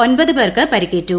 ഒൻപത് പേർക്ക് പരിക്കേറ്റു